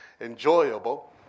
enjoyable